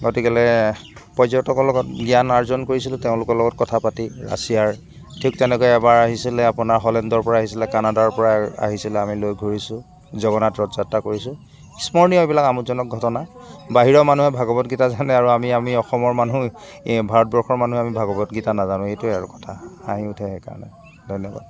গতিকেলৈ পৰ্যটকৰ লগত জ্ঞান আৰ্জন কৰিছিলোঁ তেওঁলোকৰ লগত কথা পাতি ৰাছিয়াৰ ঠিক তেনেকৈ এবাৰ আহিছিলে আপোনাৰ হলেণ্ডৰপৰা আহিছিলে কানাডাৰপৰা আহিছিলে আমি লৈ ঘূৰিছোঁ জগন্নাথৰ যাত্ৰা কৰিছোঁ স্মৰণীয় এইবিলাক আমোদজনক ঘটনা বাহিৰৰ মানুহে ভাগৱত গীতা জানে আৰু আমি আমি অসমৰ মানুহ এই ভাৰতবৰ্ষৰ মানুহ আমি ভাগৱত গীতা নাজানো এইটোৱে আৰু কথা হাঁহি উঠে সেইকাৰণে ধন্যবাদ